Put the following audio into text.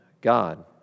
God